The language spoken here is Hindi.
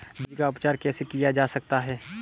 बीज का उपचार कैसे किया जा सकता है?